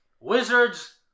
Wizards